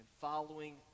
following